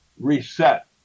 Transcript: reset